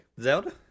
Zelda